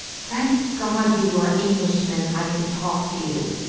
thank god, you are english men. i can talk to you.